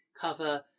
cover